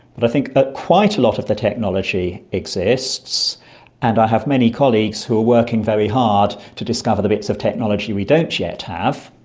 but i think ah quite a lot of the technology exists and i have many colleagues who are working very hard to discover the bits of technology we don't yet have.